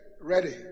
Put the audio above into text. ready